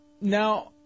Now